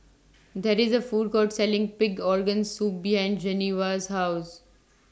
There IS The Food Court Selling Pig Organ Soup behind Genoveva's House